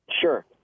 Sure